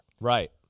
right